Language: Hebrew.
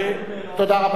אני רוצה להתקרב,